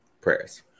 prayers